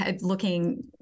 looking